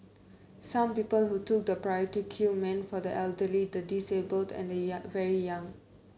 some people who took the priority queue meant for the elderly the disabled and the young very young